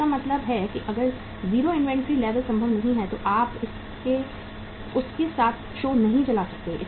तो इसका मतलब है कि अगर 0 इन्वेंट्री लेवल संभव नहीं है तो आप उसके साथ शो नहीं चला सकते